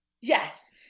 yes